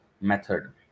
method